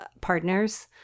partners